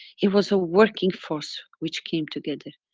it was a working force which came together.